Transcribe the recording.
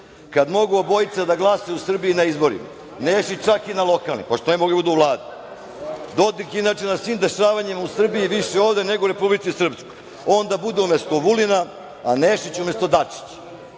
Kad mogu obojica da glasaju u Srbiji na izborima, Nešić čak i na lokalnim, što ne bi mogli da budu i u Vladi? Dodik je inače na svim dešavanjima u Srbiji više ovde nego u Republici Srpskoj. On da bude umesto Vulina, a Nešić umesto Dačića.